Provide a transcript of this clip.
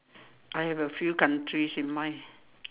I have a few countries in mind